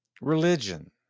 religion